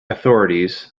authorities